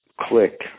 click